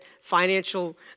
financial